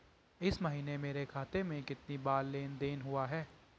इस महीने मेरे खाते में कितनी बार लेन लेन देन हुआ है?